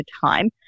time